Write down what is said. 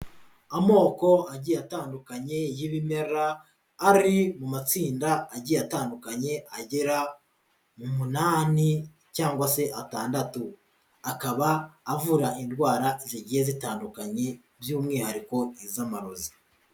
Amoko agiye atandukanye y'ibimera, ari mu matsinda agiye atandukanye agera mu munani cyangwa se atandatu, akaba avura indwara zigiye zitandukanye, by'umwihariko iz'amarozi.